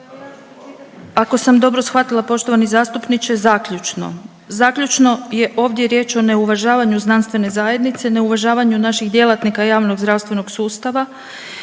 Ako sam dobro shvatila poštovani zastupniče, zaključno, zaključno je ovdje riječ o neuvažavanju znanstvene zajednice, neuvažavanju naših djelatnika javnog zdravstvenog sustava